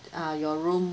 uh your room